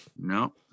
No